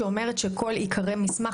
שאומרת שכל עיקרי מסמך,